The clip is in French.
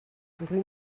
rue